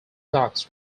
docks